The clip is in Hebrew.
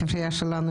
מן הסתם בספרייה שלנו,